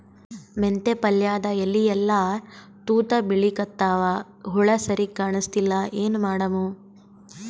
ಮೆಂತೆ ಪಲ್ಯಾದ ಎಲಿ ಎಲ್ಲಾ ತೂತ ಬಿಳಿಕತ್ತಾವ, ಹುಳ ಸರಿಗ ಕಾಣಸ್ತಿಲ್ಲ, ಏನ ಮಾಡಮು?